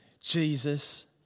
Jesus